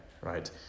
right